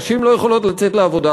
נשים לא יכולות לצאת לעבודה,